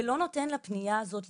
ולא נותן לפניה הזו להיסגר.